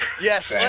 Yes